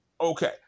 okay